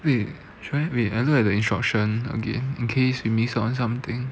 wait should I wait I look at the instruction again in case we missed out something